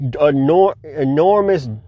enormous